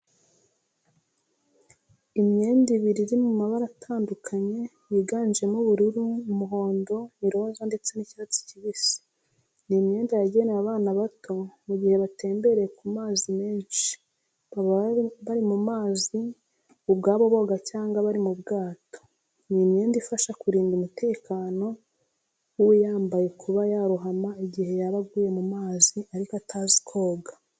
Imyenda ibiri iri mu mabara atandukanye yiganjemo ubururu, umuhondo, iroza ndetse n'icyatsi kibisi. Ni imyenda yagenewe abana bato mu gihe batembereye ku mazi menshi, baba bari mu mazi ubwayo boga cyangwa bari mu bwato. Ni imyenda ifasha kurinda umutekano w'uyambaye kuba yarohama igiye yaba aguye mu mazi ariko atazi koga.